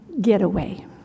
getaway